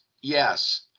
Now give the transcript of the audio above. yes